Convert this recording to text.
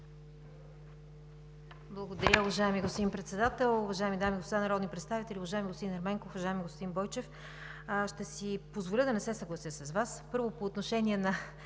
Благодаря, уважаеми господин Председател. Уважаеми дами и господа народни представители! Уважаеми господин Ерменков, уважаеми господин Бойчев, ще си позволя да не се съглася с Вас, първо, по отношение на